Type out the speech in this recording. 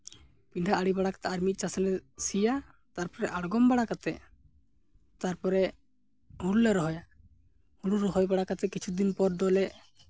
ᱯᱤᱰᱷᱟᱹ ᱟᱬᱮ ᱵᱟᱲᱟ ᱠᱟᱛᱮᱫ ᱟᱨ ᱢᱤᱫ ᱪᱟᱥ ᱞᱮ ᱥᱤᱭᱟ ᱛᱟᱨᱯᱚᱨᱮ ᱟᱬᱜᱚᱢ ᱵᱟᱲᱟ ᱠᱟᱛᱮᱫ ᱛᱟᱨᱯᱚᱨᱮ ᱦᱩᱲᱩ ᱞᱮ ᱨᱚᱦᱚᱭᱟ ᱦᱩᱲᱩ ᱨᱚᱦᱚᱭ ᱵᱟᱲᱟ ᱠᱟᱛᱮᱫ ᱠᱤᱪᱷᱩ ᱫᱤᱱ ᱯᱚᱨ ᱫᱚᱞᱮ